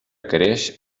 creix